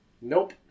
Nope